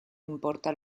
importa